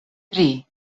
tri